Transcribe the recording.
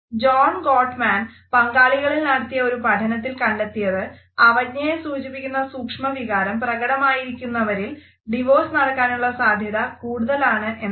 John Gottman പങ്കാളികളിൽ നടത്തിയ ഒരു പഠനത്തിൽ കണ്ടെത്തിയത് അവജ്ഞയെ സൂച്ചിപ്പിക്കുന്ന സൂക്ഷമവികാരം പ്രകടമായിയിരിക്കുന്നവരിൽ ഡിവോഴ്സ് നടക്കാനുള്ള സാധ്യത കൂടുതലാണ് എന്നാണ്